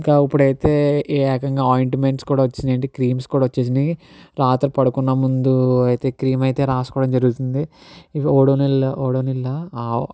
ఇంకా ఇప్పుడైతే ఏకంగా ఆయింట్మెంట్స్ కూడా వచ్చేసాయి అండి క్రీమ్స్ కూడా వచ్చేసినాయి రాత్రి పడుకునే ముందు అయితే క్రీమ్ అయితే రాసుకోవడం జరుగుతుంది ఇవి ఓడోనిల్ ఓడోనిల్ లా